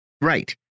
Right